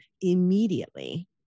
immediately